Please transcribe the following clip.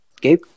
Gabe